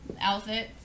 Outfit